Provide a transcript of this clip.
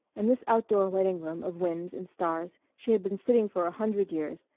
in this outdoor waiting room of winds and stars she had been sitting for a hundred years,